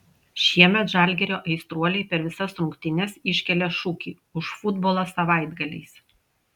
šiemet žalgirio aistruoliai per visas rungtynes iškelia šūkį už futbolą savaitgaliais